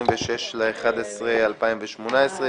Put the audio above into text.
26 בנובמבר 2018,